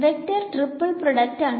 vector triple product ആണ്